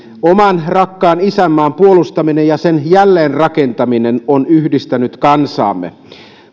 oman rakkaan isänmaan puolustaminen ja sen jälleenrakentaminen on yhdistänyt kansaamme